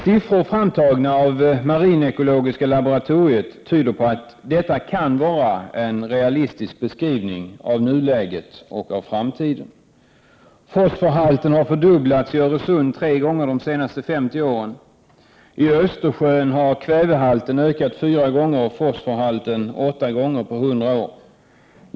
Siffror framtagna av marinekologiska laboratoriet tyder på att detta kan vara en realistisk beskrivning av nuläget och framtiden: + Fosforhalten har fördubblats i Öresund tre gånger de senaste 50 åren. + IÖstersjön har kvävehalten ökat fyra gånger och fosforhalten åtta gånger på 100 år.